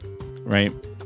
right